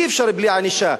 אי-אפשר בלי ענישה,